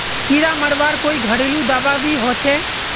कीड़ा मरवार कोई घरेलू दाबा भी होचए?